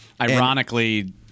Ironically